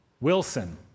Wilson